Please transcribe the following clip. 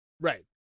Right